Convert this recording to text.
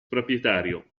proprietario